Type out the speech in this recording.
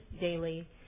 daily